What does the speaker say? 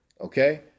Okay